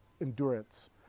endurance